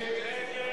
אני